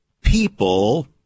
people